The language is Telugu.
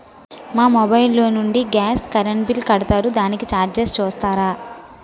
మా మొబైల్ లో నుండి గాస్, కరెన్ బిల్ కడతారు దానికి చార్జెస్ చూస్తారా?